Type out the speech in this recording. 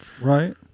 right